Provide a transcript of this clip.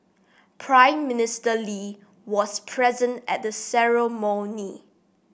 Prime Minister Lee was present at the ceremony